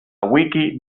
wiki